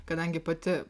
kadangi pati